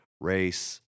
race